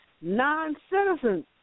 Non-citizens